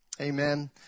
Amen